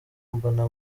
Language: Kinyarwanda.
mbona